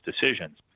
decisions